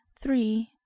three